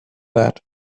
that